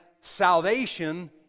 salvation